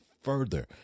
further